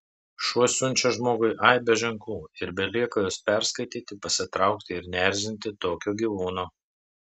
šuo siunčia žmogui aibę ženklų ir belieka juos perskaityti pasitraukti ir neerzinti tokio gyvūno